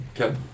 Okay